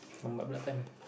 lambat pulak time